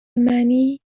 منی